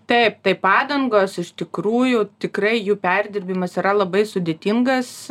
taip tai padangos iš tikrųjų tikrai jų perdirbimas yra labai sudėtingas